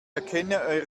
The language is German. erkenne